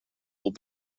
will